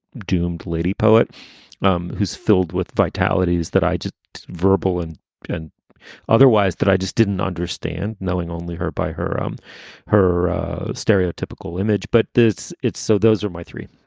doomed lady poet um who's filled with vitality is that i just verbal and and otherwise that i just didn't understand. knowing only her by her and um her stereotypical image. but this it's so. those are my three